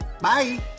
Bye